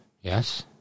yes